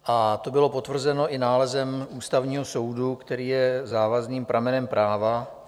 A to bylo potvrzeno i nálezem Ústavního soudu, který je závazným pramenem práva.